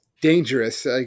dangerous